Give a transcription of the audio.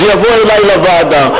זה יבוא אלי לוועדה.